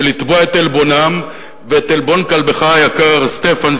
ולתבוע את עלבונם ואת עלבון כלבך היקר סטפן,